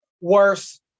Worse